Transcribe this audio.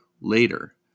later